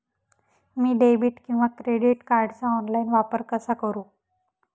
मी debit किंवा credit कार्डचा online वापर कसा करु?